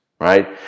right